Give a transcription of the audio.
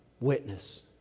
witness